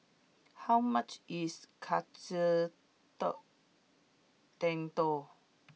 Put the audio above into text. how much is Katsu door Tendon